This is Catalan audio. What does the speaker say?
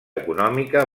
econòmica